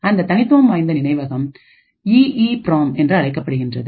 அந்த தனித்துவம் வாய்ந்த நினைவகம்ஈஈபி ராம் என்று அழைக்கப்படுகின்றது